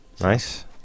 nice